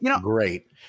great